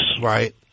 Right